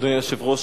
אדוני היושב-ראש,